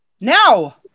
Now